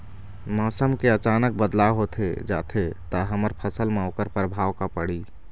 मौसम के अचानक बदलाव होथे जाथे ता हमर फसल मा ओकर परभाव का पढ़ी?